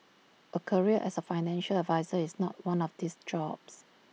A career as A financial advisor is not one of these jobs